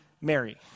Mary